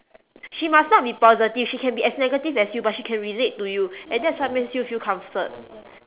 she must not be positive she can be as negative as you but she can relate to you and that's what makes you feel comfort